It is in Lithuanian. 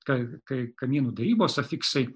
ka kai kamienų darybos afiksai